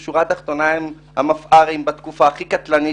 אבל בשורה התחתונה הם הממונים בתקופה הכי קטלנית